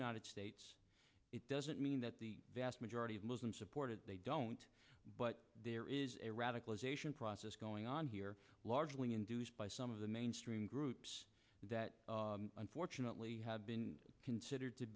united states it doesn't mean that the vast majority of muslims supported they don't but there is a radicalization process going on here largely induced by some of the mainstream groups that unfortunately have been considered to